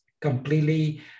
completely